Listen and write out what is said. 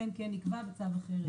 אלא אם כן נקבע בצו אחרת"